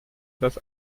das